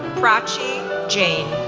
prachi jain,